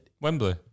Wembley